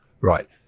Right